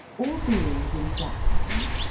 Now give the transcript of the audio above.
all beings in flatland,